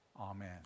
amen